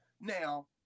now